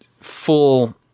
full